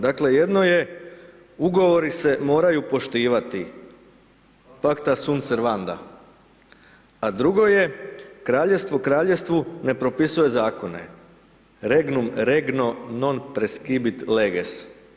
Dakle, jedno je, ugovori se moraju poštivati, pakta sun servanda, a drugo je, Kraljevstvo Kraljevstvu ne propisuje Zakone, regnum regno non preskibit leges.